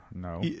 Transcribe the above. no